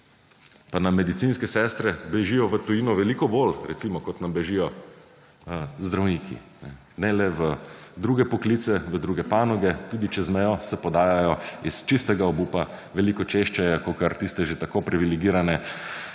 Pa nam medicinske sestre bežijo v tujino veliko bolj recimo kot nam bežijo zdravniki ne le v druge poklice, druge panoge tudi čez mejo se podajajo iz čistega obupa veliko češče je kakor tiste že tako privilegirane